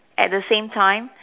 at the same time